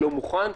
לא מוכן,